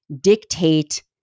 dictate